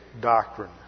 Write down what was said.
Doctrine